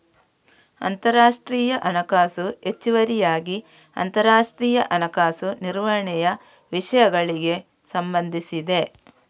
ಅಂತರರಾಷ್ಟ್ರೀಯ ಹಣಕಾಸು ಹೆಚ್ಚುವರಿಯಾಗಿ ಅಂತರರಾಷ್ಟ್ರೀಯ ಹಣಕಾಸು ನಿರ್ವಹಣೆಯ ವಿಷಯಗಳಿಗೆ ಸಂಬಂಧಿಸಿದೆ